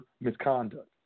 misconduct